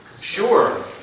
sure